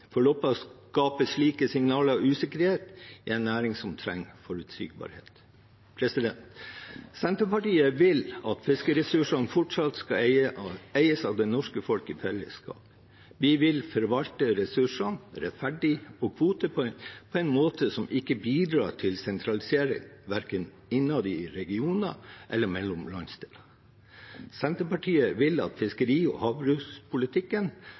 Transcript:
I Loppa skaper slike signaler usikkerhet i en næring som trenger forutsigbarhet. Senterpartiet vil at fiskeressursene fortsatt skal eies av det norske folk i fellesskap. Vi vil forvalte ressursene og kvotene rettferdig og på en måte som ikke bidrar til sentralisering verken innad i regionene eller mellom landsdeler. Senterpartiet vil at fiskeri- og havbrukspolitikken